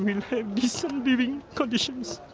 i mean decent living conditions.